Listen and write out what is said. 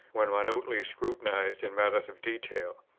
when minutely scrutinized in matters of detail.